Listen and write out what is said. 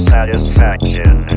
Satisfaction